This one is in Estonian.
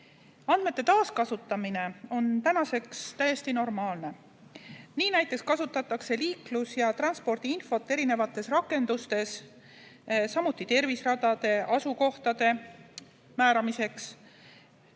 Andmete taaskasutamine on täiesti normaalne. Näiteks kasutatakse liiklus- ja transpordiinfot erinevates rakendustes, samuti terviseradade asukohtade määramiseks,